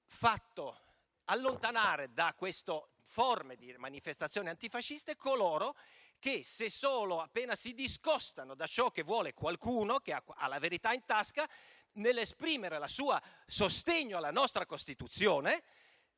fatto allontanare da questa forma di manifestazione antifascista coloro che, se solo si discostano appena da ciò che vuole qualcuno, che ha la verità in tasca, nell'esprimere il proprio sostegno alla nostra Costituzione,